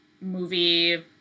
movie